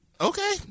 okay